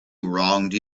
wronged